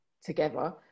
together